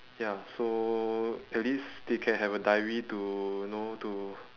ya so at least they can have a diary to you know to